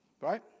right